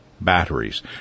batteries